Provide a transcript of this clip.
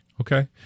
Okay